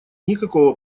никакого